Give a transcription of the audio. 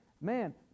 man